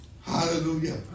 Hallelujah